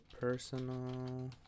personal